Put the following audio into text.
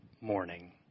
morning